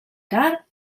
car